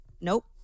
nope